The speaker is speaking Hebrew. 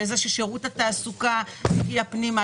לזה ששירות התעסוקה הגיע פנימה?